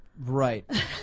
Right